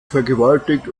vergewaltigt